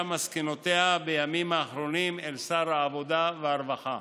את מסקנותיה בימים האחרונים לשר העבודה והרווחה,